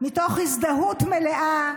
מתוך הזדהות מלאה,